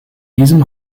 diesem